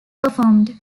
performed